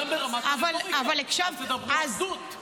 תדברו אחדות.